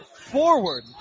forward